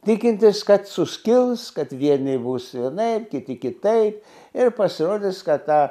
tikintis kad suskils kad vieni bus bus vienaip kiti kitaip ir pasirodys kad ta